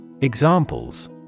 Examples